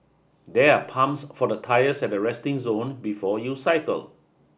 there are pumps for the ties at the resting zone before you cycle